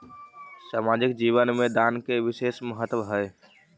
सामाजिक जीवन में दान के विशेष महत्व हई